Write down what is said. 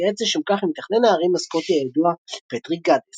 והתייעץ לשם כך עם מתכנן הערים הסקוטי הידוע פטריק גדס.